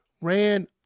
ran